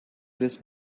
this